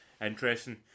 interesting